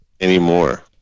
anymore